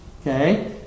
Okay